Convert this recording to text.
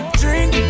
drink